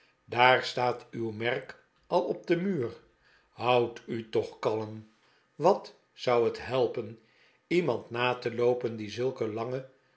daar staat uw merk al op den muur houd u toch kalm wat zou het helpen iemand na te loopen die zulke lange